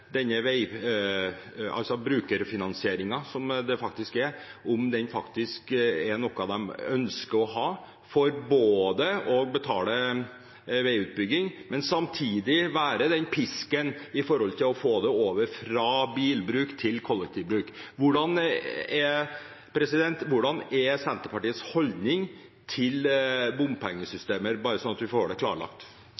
denne brukerfinansieringen – som det faktisk er – er noe de faktisk ønsker å ha, for både å betale veiutbygging og samtidig være en pisk for å få overgang fra bilbruk til kollektivbruk. Hvordan er Senterpartiets holdning til